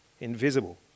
invisible